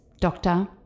Doctor